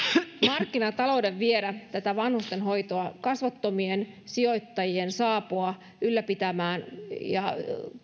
markkinatalouden viedä vanhustenhoitoa kasvottomien sijoittajien saapua ylläpitämään ja